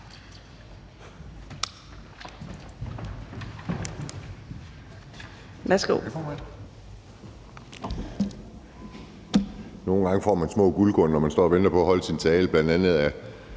Nogle gange får man små guldkorn, når man står og venter på at holde sin tale. Bl.a. kan man